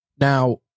Now